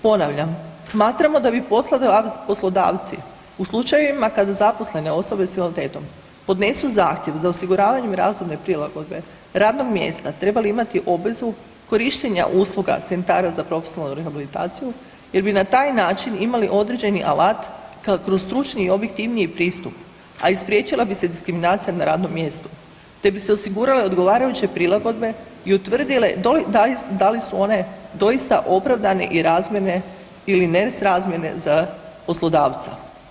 Ponavljam, smatramo da bi poslodavci u slučajevima kada zaposlene osobe s invaliditetom podnesu zahtjev za osiguravanjem razumne prilagodbe radnog mjesta trebali imati obvezu korištenja usluga centara za profesionalnu rehabilitaciju jer bi na taj način imali određeni alat kroz stručni i objektivniji pristup, a i spriječila bi se diskriminacija na radnom mjestu te bi se osigurale odgovarajuće prilagodbe i utvrdile da li su one doista opravdane i razmjerne ili nesrazmjerne za poslodavca.